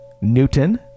Newton